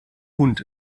hund